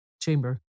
chamber